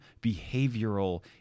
behavioral